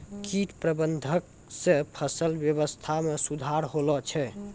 कीट प्रबंधक से फसल वेवस्था मे सुधार होलो छै